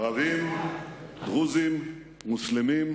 ערבים, דרוזים, מוסלמים,